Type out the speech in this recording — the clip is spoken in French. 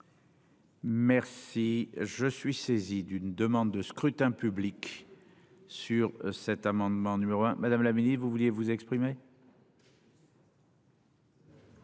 Merci je suis saisi d'une demande de scrutin public sur cet amendement numéro 1 Madame la Ministre vous vouliez vous exprimer.